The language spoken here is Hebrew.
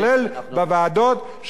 לשכלל בוועדות,